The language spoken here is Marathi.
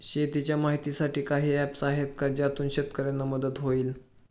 शेतीचे माहितीसाठी काही ऍप्स आहेत का ज्यातून शेतकऱ्यांना मदत होईल?